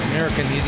American